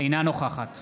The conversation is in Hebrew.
אינה נוכחת